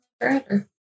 forever